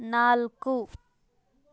ನಾಲ್ಕು